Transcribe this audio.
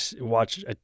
watch